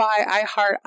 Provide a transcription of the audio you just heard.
iHeart